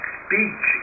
speech